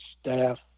staff